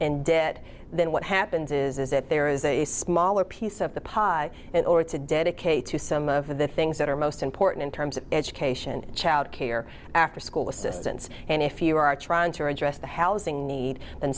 and dead then what happens is that there is a smaller piece of the pie in order to dedicate to some of the things that are most important in terms of education child care after school assistance and if you are trying to address the housing need